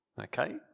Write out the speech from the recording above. Okay